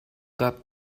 that